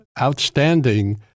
outstanding